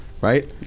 Right